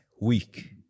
week